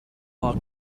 our